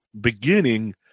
beginning